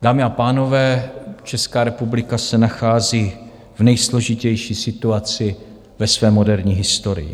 Dámy a pánové, Česká republika se nachází v nejsložitější situaci ve své moderní historii.